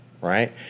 Right